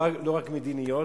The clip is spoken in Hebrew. לא רק מדיניות,